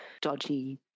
dodgy